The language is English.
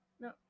No